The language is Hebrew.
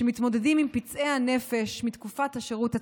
שמתמודדים עם פצעי הנפש מתקופת השירות הצבאי,